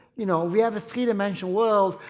you know, we have a three-dimensional world,